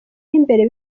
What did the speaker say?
imbere